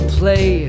play